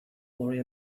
worry